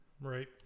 Right